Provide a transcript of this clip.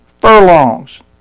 furlongs